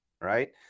right